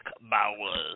Bowers